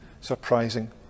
surprising